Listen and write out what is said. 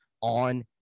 on